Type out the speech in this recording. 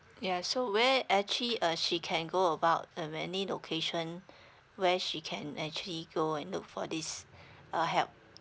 yeah so where actually uh she can go about the many location where she can actually go and look for this uh help